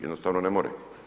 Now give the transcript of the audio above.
Jednostavno ne može.